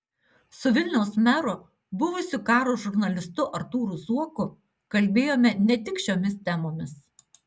su vilniaus meru buvusiu karo žurnalistu artūru zuoku kalbėjome ne tik šiomis temomis